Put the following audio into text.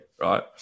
right